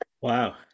Wow